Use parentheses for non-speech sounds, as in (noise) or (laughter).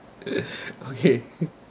(laughs) okay